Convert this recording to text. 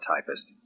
typist